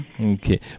okay